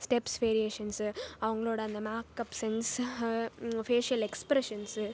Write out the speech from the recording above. steps variations அவங்களோடய அந்த makeup sense facial expressions